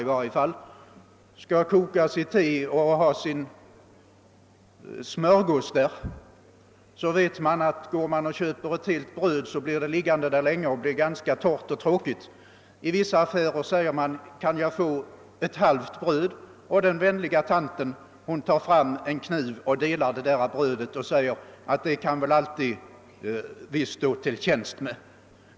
Om man då skall koka te och äta sin smörgås, vet man att om man köper ett helt bröd blir det liggande länge och blir ganska torrt och tråkigt. Man uppskattar därför, att i somliga affärer den vänliga expediten tar fram en kniv, delar brödet och säger att det står de gärna till tjänst med.